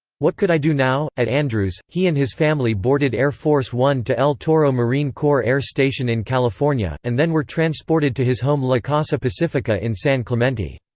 what could i do now? at andrews, he and his family boarded air force one to el toro marine corps air station in california, and then were transported to his home la casa pacifica in san clemente.